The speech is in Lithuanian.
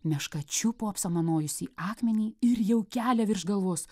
meška čiupo apsamanojusį akmenį ir jau kelia virš galvos